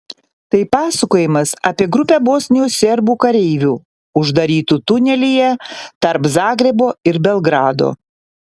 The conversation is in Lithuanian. tai pasakojimas apie grupę bosnijos serbų kareivių uždarytų tunelyje tarp zagrebo ir belgrado